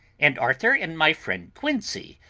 and arthur and my friend quincey,